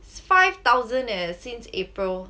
five thousand and since april